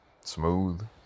Smooth